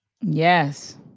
Yes